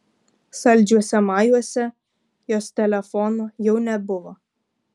saldžiuose majuose jos telefono jau nebuvo